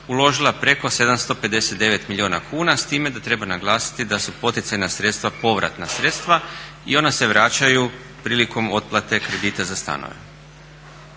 uložila preko 759 milijuna kuna s time da treba naglasiti da su poticajna sredstva povratna sredstva i ona se vraćaju prilikom otplate kredita za stanove.